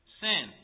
sin